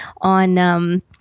on